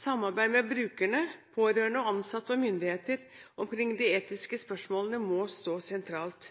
Samarbeid med brukerne, pårørende, ansatte og myndigheter omkring de etiske spørsmålene må stå sentralt.